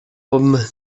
homme